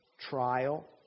trial